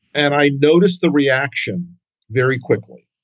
and i noticed the reaction very quickly.